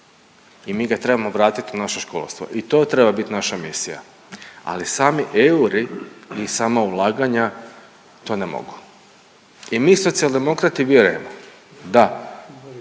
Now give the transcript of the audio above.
i mi ga trebamo vratiti u naše školstvo i to treba biti naša misija, ali sami euri i sama ulaganja to ne mogu. I mi Socijaldemokrati vjerujemo da